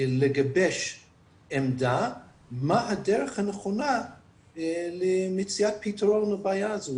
לגבש עמדה מה הדרך הנכונה למציאת פתרון לבעיה הזו,